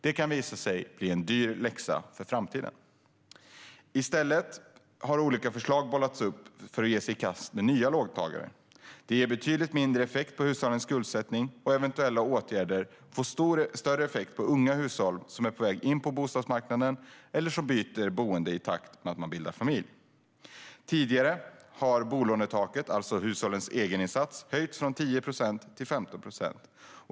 Det kan visa sig bli en dyr läxa i framtiden. I stället har man bollat upp olika förslag som gäller nya låntagare. Detta ger betydligt mindre effekt på hushållens skuldsättning, och eventuella åtgärder får större effekt på unga hushåll som är på väg in på bostadsmarknaden eller ofta byter boende i takt med att man bildar familj. Tidigare har bolånetaket, alltså ett hushålls egeninsats, höjts från 10 procent till 15 procent.